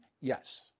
Yes